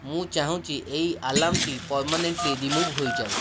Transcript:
ମୁଁ ଚାହୁଁଛି ଏହି ଆଲାର୍ମଟି ପର୍ମାନେଣ୍ଟ୍ଲି ରିମୁଭ୍ ହୋଇଯାଉ